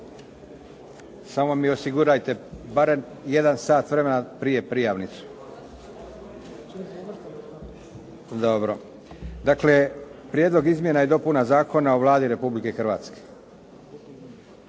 samo mi osigurajte barem jedan sat prije prijavnicu. Dakle, Prijedlog izmjena i dopuna Zakona o Vladi Republike Hrvatske.